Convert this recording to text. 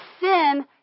sin